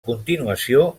continuació